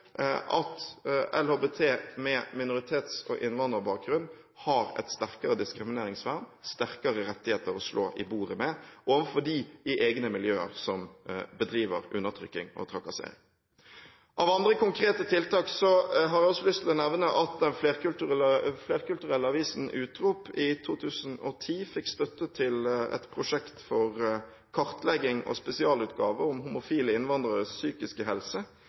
at LHBT-personer med minoritets- og innvandrerbakgrunn har et sterkere diskrimineringsvern, sterkere rettigheter å slå i bordet med overfor dem i egne miljøer som bedriver undertrykking og trakassering. Av andre konkrete tiltak har jeg også lyst til å nevne at den flerkulturelle avisen Utrop i 2010 fikk støtte til prosjektet «Kartlegging og spesialutgave om homofile innvandreres psykiske helse.»